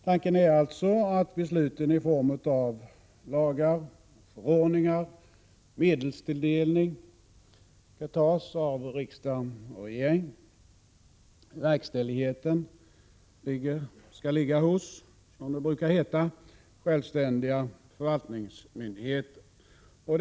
Tanken är alltså att beslut som gäller lagar, förordningar och medelstilldelning skall fattas av riksdag och regering och att verkställigheten skall ligga hos, som det brukar heta, självständiga förvaltningsmyndigheter.